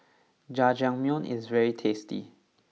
Jajangmyeon is very tasty